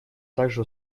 также